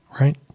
right